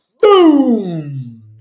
Boom